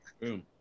Boom